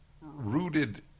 rooted